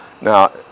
Now